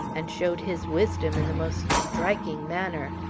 and showed his wisdom in the most striking manner.